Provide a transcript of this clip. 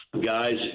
Guys